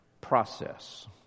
process